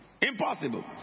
Impossible